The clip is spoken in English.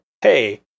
hey